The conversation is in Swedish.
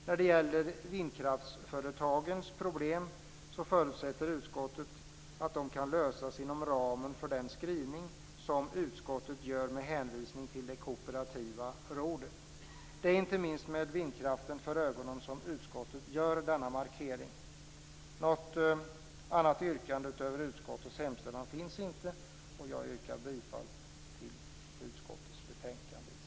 När det gäller vindkraftsföretagens problem förutsätter utskottet att de kan lösas inom ramen för den skrivning som utskottet gör med hänvisning till Kooperativa rådet. Det är inte minst med vindkraften för ögonen som utskottet gör denna markering. Något annat yrkande utöver utskottets hemställan finns inte. Jag yrkar bifall till hemställan i utskottets betänkande i dess helhet.